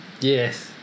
Yes